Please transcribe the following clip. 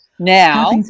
Now